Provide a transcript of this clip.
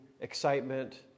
excitement